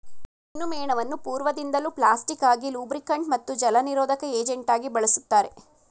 ಜೇನುಮೇಣವನ್ನು ಪೂರ್ವದಿಂದಲೂ ಪ್ಲಾಸ್ಟಿಕ್ ಆಗಿ ಲೂಬ್ರಿಕಂಟ್ ಮತ್ತು ಜಲನಿರೋಧಕ ಏಜೆಂಟಾಗಿ ಬಳುಸ್ತಾರೆ